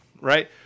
right